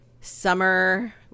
summer